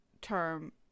term